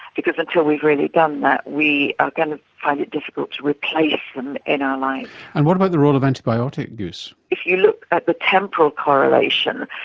because until we've really done that we are going to find it difficult to replace them in our life. and what about the role of antibiotic use? if you look at the temporal correlation,